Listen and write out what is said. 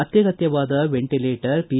ಅತ್ಯಗತ್ಯವಾದ ventilator P